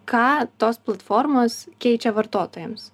ką tos platformos keičia vartotojams